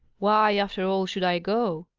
why, after all, should i go?